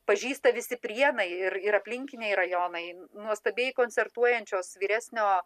pažįsta visi prienai ir ir aplinkiniai rajonai nuostabiai koncertuojančios vyresnio